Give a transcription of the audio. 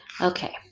okay